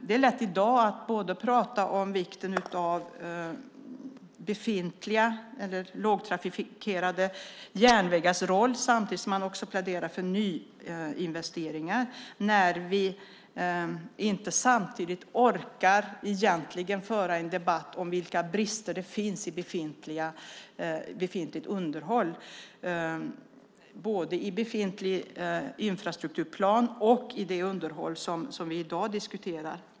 Det är i dag lätt att både prata om vikten av lågtrafikerade järnvägars roll och plädera för nyinvesteringar, samtidigt som vi egentligen inte orkar föra en debatt om vilka brister det finns i befintligt underhåll, både i befintlig infrastrukturplan och i det underhåll som vi i dag diskuterar.